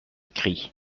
cri